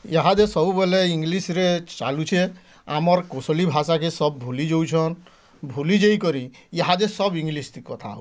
ଇହାଦେ ସବୁବେଳେ ଇଂଲିଶ୍ରେ ଚାଲୁଛେଁ ଆମର୍ କୋଶ୍ଲି ଭାଷାକେ ସବ୍ ଭୁଲି ଯାଉଛନ୍ ଭୁଲି ଯାଇକରି ଇହାଦେ ସବୁ ଇଂଲିଶ୍ ତି କଥା ହଉଛନ୍